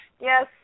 Yes